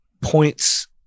points